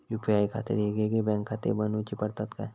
UPI खातीर येगयेगळे बँकखाते बनऊची पडतात काय?